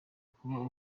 kuba